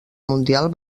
mundial